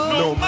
no